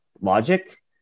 logic